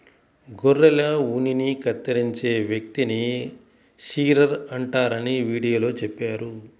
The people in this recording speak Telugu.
గొర్రెల ఉన్నిని కత్తిరించే వ్యక్తిని షీరర్ అంటారని వీడియోలో చెప్పారు